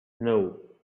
but